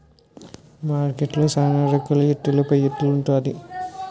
మార్కెట్లో సాన రకాల ఎత్తుల పైఎత్తులు ఉంటాది